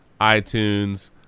iTunes